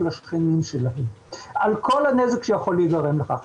השכנים שלהם על כל הנזק שיכול להיגרם מכך.